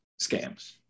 scams